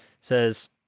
says